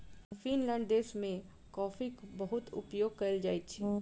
Finland देश में कॉफ़ीक बहुत उपयोग कयल जाइत अछि